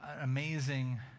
amazing